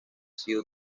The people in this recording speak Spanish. sido